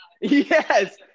Yes